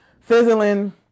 fizzling